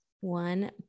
One